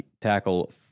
tackle